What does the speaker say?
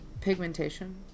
Pigmentation